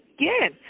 again